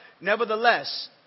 nevertheless